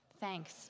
Thanks